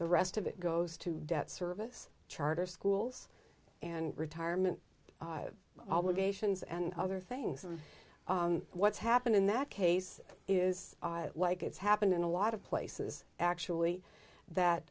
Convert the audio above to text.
the rest of it goes to debt service charter schools and retirement obligations and other things and what's happened in that case is like it's happened in a lot of places actually